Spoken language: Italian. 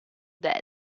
dead